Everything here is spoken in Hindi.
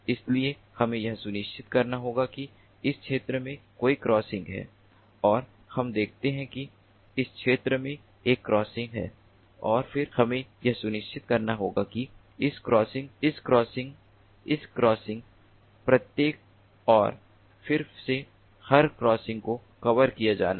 इसलिए हमें यह सुनिश्चित करना होगा कि इस क्षेत्र में कोई क्रॉसिंग है और हम देखते हैं कि इस क्षेत्र में एक क्रॉसिंग है और फिर हमें यह सुनिश्चित करना होगा कि इस क्रॉसिंग इस क्रॉसिंग इस क्रॉसिंग प्रत्येक और फिर से हर क्रासिंग को कवर किया जाना है